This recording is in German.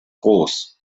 groß